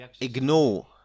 ignore